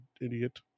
idiot